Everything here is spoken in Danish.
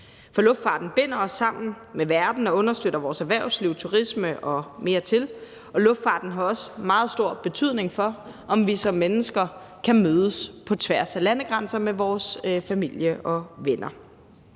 for luftfarten binder os sammen med verden og understøtter vores erhvervsliv, turisme og mere til, og luftfarten har også meget stor betydning for, om vi som mennesker kan mødes på tværs af landegrænser med vores familie og venner.